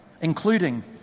including